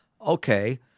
okay